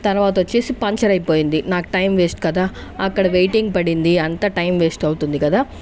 తర్వాత వచ్చేసి పంచర్ అయిపోయింది నాకు టైం వేస్ట్ కదా అక్కడ వెయిటింగ్ పడింది అంతా టైం వేస్ట్ అవుతుంది కదా